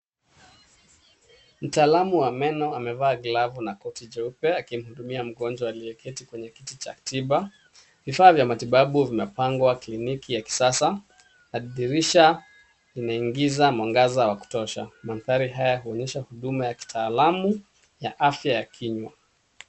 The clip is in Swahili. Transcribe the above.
Mtaalamu wa meno amevaa glavu na koti jeupe akimhudumia mgonjwa aliyeketi kwenye kiti cha tiba. Vifaa vya matibabu vimepengwa kwa kliniki ya kisasa na dirisha linaingiza mwangaza wa kutosha. Mandhari haya huonyesha huduma ya kitaalamu ya afya ya kinywa.